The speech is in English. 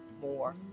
more